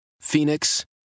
Phoenix